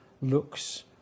looks